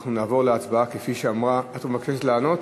אנחנו נעבור להצבעה כפי שאמרה את מבקשת לענות?